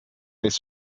ist